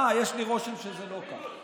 אה, יש לי רושם שזה לא כך.